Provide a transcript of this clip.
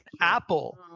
Apple